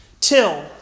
till